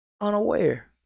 unaware